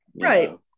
right